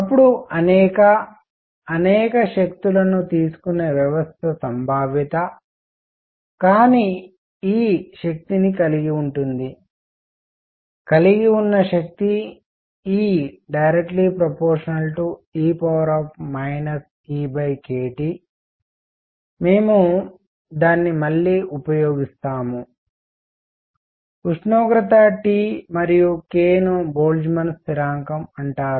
అప్పుడు అనేక అనేక శక్తులను తీసుకునే వ్యవస్థ సంభావ్యత కానీ E శక్తిని కలిగి ఉంటుంది కలిగి ఉన్నశక్తి E ∝ e EkT మేము దాన్ని మళ్ళీ ఉపయోగిస్తాము ఉష్ణోగ్రత T మరియు k ను బోల్ట్జ్మాన్ స్థిరాంకం అంటారు